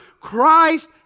Christ